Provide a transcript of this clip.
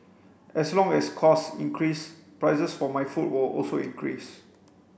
as long as costs increase prices for my food will also increase